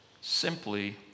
simply